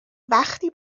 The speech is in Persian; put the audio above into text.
وقتی